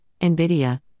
NVIDIA